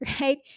right